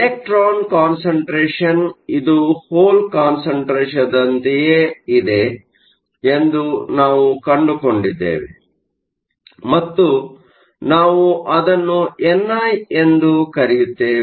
electron concentration ಇದು hole ಕಾನ್ಸಂಟ್ರೇಷನ್ದಂತಯೆ ಇದೆ ಎಂದು ನಾವು ನೋಡಿದ್ದೇವೆ ಮತ್ತು ನಾವು ಅದನ್ನು ಎನ್ಐ ಎಂದು ಕರೆಯುತ್ತೇವೆ